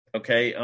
okay